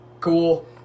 Cool